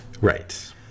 Right